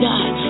God